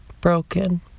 broken